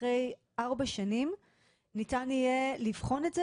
אחרי ארבע שנים ניתן יהיה לבחון את זה